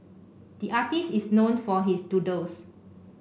the artist is known for his doodles